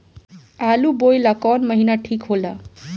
आलू बोए ला कवन महीना ठीक हो ला?